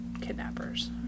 kidnappers